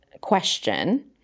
question